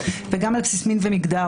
וגם על בסיס מין ומגדר.